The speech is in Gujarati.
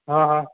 હં હં